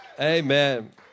Amen